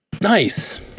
Nice